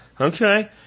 Okay